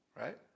Right